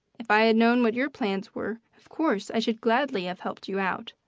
if i had known what your plans were, of course i should gladly have helped you out.